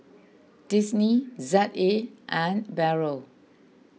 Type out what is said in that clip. Disney Z A and Barrel